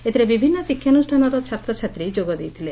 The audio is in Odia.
ଏଥରେ ବିଭିନୁ ଶିକ୍ଷାନ୍ଷାନର ଛାତ୍ରଛାତ୍ରୀ ଯୋଗଦେଇଥିଲେ